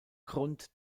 grund